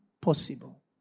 possible